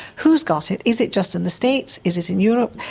whose got it, is it just in the states, is it in europe,